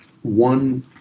One